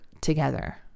together